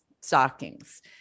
stockings